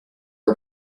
her